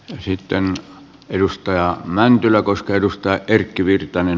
ja sitten mm edustaja mäntylä koska edustaa tulisi hylätä